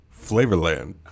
Flavorland